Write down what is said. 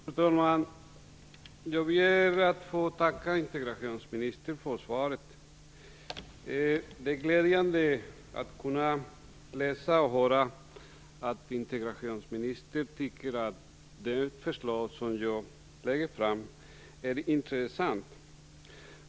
Fru talman! Jag ber att få tacka integrationsministern för svaret. Det är glädjande att kunna läsa och höra att integrationsministern tycker att det förslag jag lägger fram är intressant.